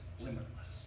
limitless